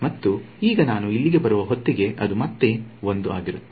ಮತ್ತು ಈಗ ನಾನು ಇಲ್ಲಿಗೆ ಬರುವ ಹೊತ್ತಿಗೆ ಅದು ಮತ್ತೆ 1 ಆಗಿರುತ್ತದೆ